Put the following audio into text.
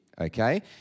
okay